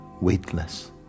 weightless